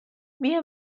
بیا